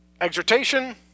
exhortation